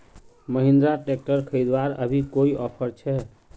Mahindra tractor खरीदवार अभी कोई ऑफर छे?